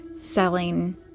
selling